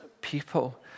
people